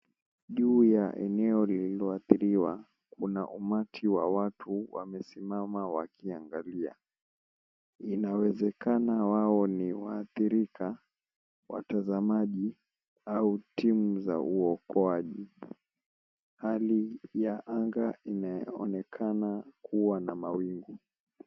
Juu ya eneo lililoadhiriwa, kuna umati wa watu wamesimama wakiangalia. Inawezekana wao ni waadhirika, watazamaji au timu za uokoaji. Hali ya anga inaonekana kuwa na mawingu.